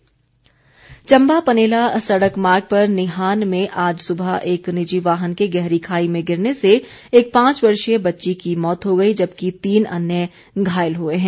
दुर्घटना चंबा पनेला सड़क मार्ग पर निहान में आज सुबह एक निजी वाहन के गहरी खाई में गिरने से एक पांच वर्षीय बच्ची की मौत हो गई जबकि तीन अन्य घायल हुए है